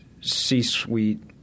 C-suite